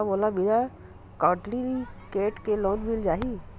का मोला बिना कौंटलीकेट के लोन मिल जाही?